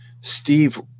Steve